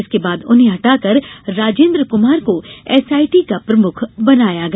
इसके बाद उन्हें हटाकर राजेंद्र कुमार को एसआईटी का प्रमुख बनाया गया